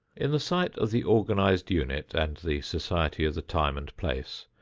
in the sight of the organized unit and the society of the time and place,